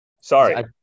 Sorry